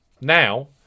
now